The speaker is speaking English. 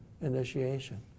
initiation